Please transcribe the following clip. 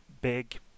big